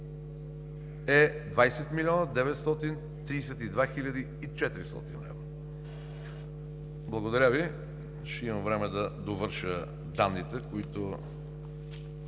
е 20 млн. 932 хил. 400 лв. Благодаря Ви. Ще имам време да довърша данните, които